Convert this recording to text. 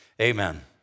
Amen